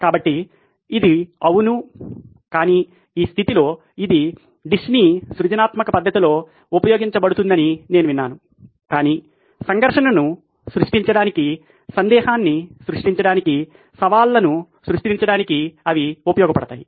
కాబట్టి ఇది అవును కాని ఈ స్థితిలో ఇది డిస్నీ సృజనాత్మక పద్దతిలో ఉపయోగించబడుతుందని నేను విన్నాను కాని సంఘర్షణను సృష్టించడానికి సందేహాన్ని సృష్టించడానికి సవాళ్లను సృష్టించడానికి అవి ఉపయోగపడతాయి